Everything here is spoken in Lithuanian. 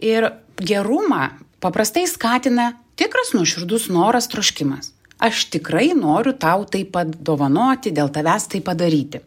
ir gerumą paprastai skatina tikras nuoširdus noras troškimas aš tikrai noriu tau taip pat dovanoti dėl tavęs tai padaryti